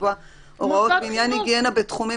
לקבוע הוראות בעניין היגיינה בתחומים